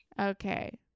Okay